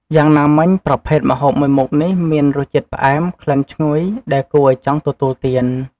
យ៉ាងណាមិញប្រភេទម្ហូបមួយមុខនេះមានរសជាតិផ្អែម ក្លិនឈ្ងុយ ដែលគួរឱ្យចង់ទទួលទាន។